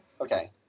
Okay